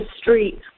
street